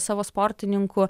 savo sportininkų